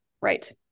Right